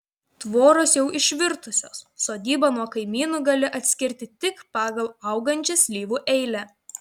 tvoros jau išvirtusios sodybą nuo kaimynų gali atskirti tik pagal augančią slyvų eilę